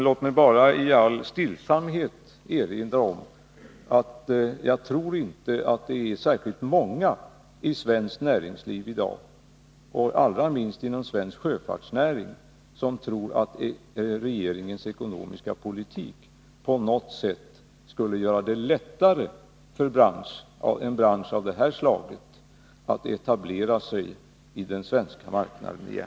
Låt mig bara i all stillsamhet erinra om att jag inte tror att det är särskilt många i svenskt näringsliv i dag — och allra minst inom svensk sjöfartsnäring — som tror att regeringens ekonomiska politik på något sätt skulle göra det lättare för en bransch av detta slag att etablera sig på den svenska marknaden igen.